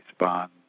respond